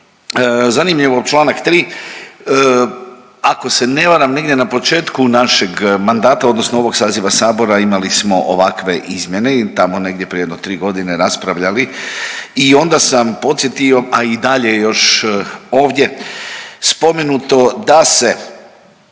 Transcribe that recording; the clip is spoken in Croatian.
Zanimljivo čl. 3., ako se ne varam negdje na početku našeg mandata odnosno ovog saziva sabora imali smo ovakve izmjene i tamo negdje prije jedno 3.g. raspravljali i onda sam podsjetio, a i dalje još ovdje spomenuto da se